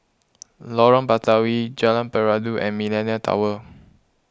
Lorong Batawi Jalan Peradun and Millenia Tower